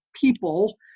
people